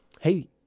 hey